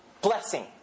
blessing